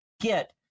get